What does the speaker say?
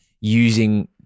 using